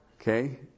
okay